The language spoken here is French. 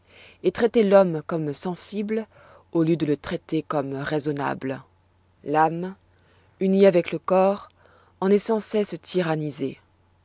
et traiter l'homme comme sensible au lieu de le traiter comme raisonnable l'âme unie avec le corps en est sans cesse tyrannisée